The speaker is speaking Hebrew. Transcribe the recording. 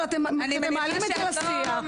אבל כשאתם מעלים את זה לשיח,